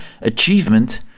achievement